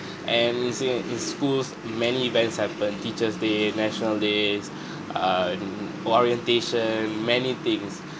and mostly in schools many events happen teachers' day national days err orientation many things